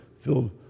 filled